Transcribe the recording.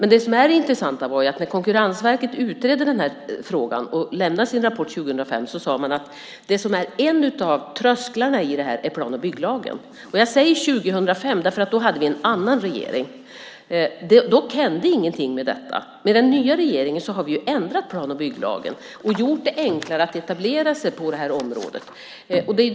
Det intressanta var att när Konkurrensverket utredde den här frågan och lämnade sin rapport 2005 sade man att det som är en av trösklarna i det här är plan och bygglagen. Jag säger 2005, därför att då hade vi en annan regering. Dock hände ingenting med detta. Den nya regeringen har ändrat plan och bygglagen och har gjort det enklare att etablera sig på det här området.